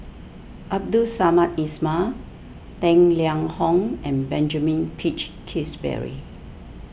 Abdul Samad Ismail Tang Liang Hong and Benjamin Peach Keasberry